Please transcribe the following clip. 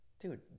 dude